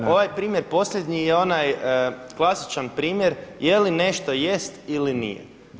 Pa da, ovaj primjer posljednji je onaj klasičan primjer je li nešto jest ili nije.